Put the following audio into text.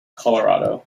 colorado